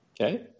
Okay